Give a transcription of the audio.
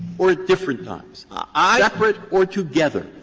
or at different times? ah separate or together?